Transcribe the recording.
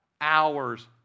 Hours